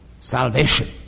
Salvation